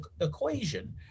equation